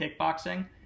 kickboxing